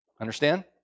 Understand